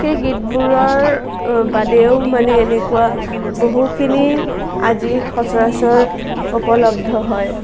সেই গীতবোৰৰ বাদেও মানে এনেকুৱা বহুখিনি আজিৰ সচৰাচৰ উপলব্ধ হয়